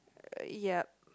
uh yup